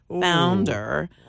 founder